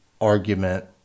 argument